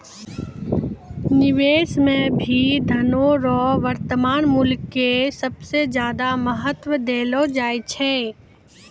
निवेश मे भी धनो रो वर्तमान मूल्य के सबसे ज्यादा महत्व देलो जाय छै